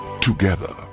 together